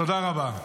תודה רבה.